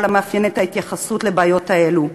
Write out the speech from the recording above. המאפיין את ההתייחסות לבעיות האלה.